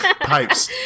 Pipes